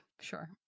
Sure